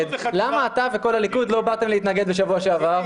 למה אתה וכל הליכוד לא באתם להתנגד בשבוע שעבר?